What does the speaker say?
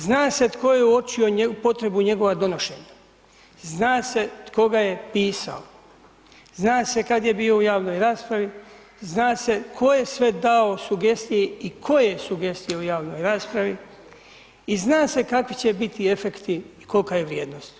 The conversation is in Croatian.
Zna se tko je uočio potrebu njegova donošenja, zna se tko ga je pisao zna se kad je bio u javnoj raspravi, zna se tko je sve dao sugestije i koje sugestije u javnoj raspravi i zna se kakav će biti efekti i kolika je vrijednost.